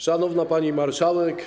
Szanowna Pani Marszałek!